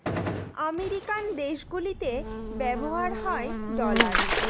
American দেশগুলিতে ব্যবহার হয় ডলার